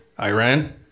Iran